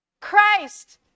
Christ